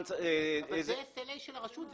--- אבל זה אחריות של הרשות המקומית.